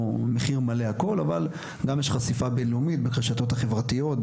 אבל גם יש חשיפה בינלאומית ברשתות החברתיות,